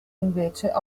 invece